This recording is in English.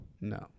No